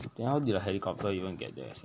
then how did the helicopter even get there